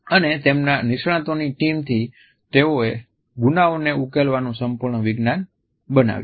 અને તેમનાં નિષ્ણાતોની ટીમથી તેઓએ ગુનાઓને ઉકેલવાનું સંપૂર્ણ વિજ્ઞાન બનાવ્યું